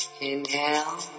inhale